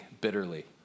bitterly